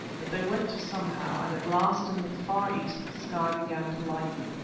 but they went somehow, and at last in the far east the sky began to lighten,